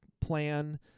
plan